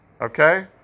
Okay